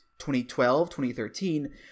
2012-2013